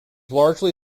largely